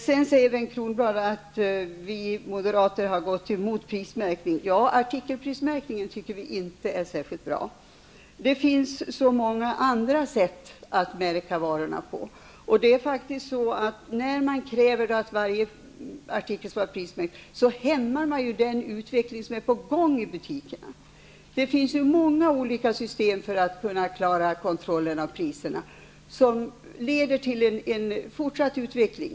Bengt Kronblad säger även att vi moderater har gått emot prismärkning. Ja, artikelprismärkning tycker vi inte är särskilt bra. Det finns så många andra sätt att märka varor på. Det är också så, att när man kräver att varje artikel skall vara prismärkt hämmas den utveckling som redan är på gång i butikerna. Det finns många olika system för att klara kontroll av priserna, system som leder till fortsatt utveckling.